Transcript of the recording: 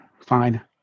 Fine